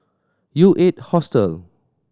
U Eight Hostel